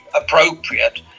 appropriate